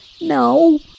No